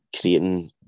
creating